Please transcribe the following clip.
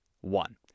One